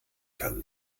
kann